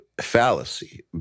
fallacy